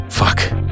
Fuck